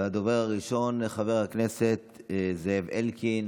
הדובר הראשון, חבר הכנסת זאב אלקין,